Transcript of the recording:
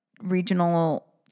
regional